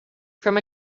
from